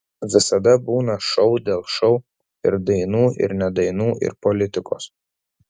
visada būna šou dėl šou ir dainų ir ne dainų ir politikos